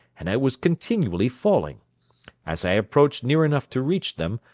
and i was continually falling as i approached near enough to reach them,